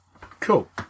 cool